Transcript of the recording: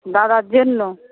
দাদার জন্য